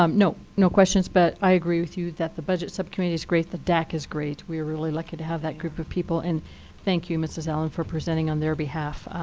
um no, no questions. but i agree with you that the budget subcommittee is great. the dac is great. we are really lucky to have that group of people. and thank you, mrs. allen, for presenting on their behalf.